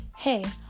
Hey